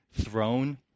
throne